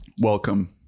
Welcome